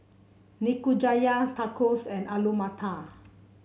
Nikujaga Tacos and Alu Matar